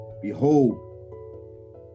Behold